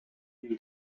kuni